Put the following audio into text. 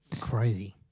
Crazy